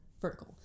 vertical